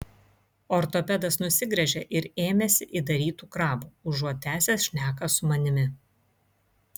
ortopedas nusigręžė ir ėmėsi įdarytų krabų užuot tęsęs šneką su manimi